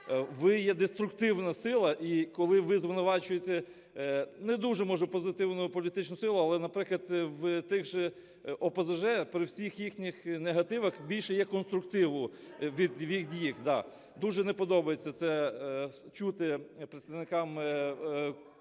ви є деструктивна сила, і коли ви звинувачуєте не дуже, може, позитивну політичну силу, але, наприклад, в тих же ОПЗЖ при всіх їхніх негативах більше є конструктиву від них. Дуже не подобається це чути представникам